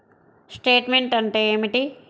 Statement అంటే ఏమిటి?